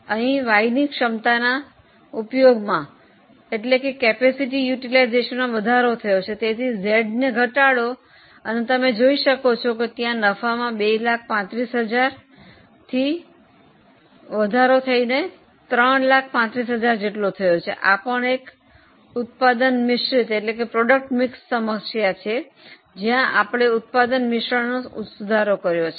અહીં Y ની ક્ષમતાના ઉપયોગમાં વધારો થયો છે તેથી Z ને ઘટાડો અને તમે જોઈ શકો છો કે ત્યાં નફામાં 235000 થી 335000 વધારો થયો છે આ પણ એક ઉત્પાદન મિશ્રિત સમસ્યા છે જ્યાં આપણે ઉત્પાદન મિશ્રણનો સુધારો કર્યો છે